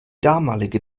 damalige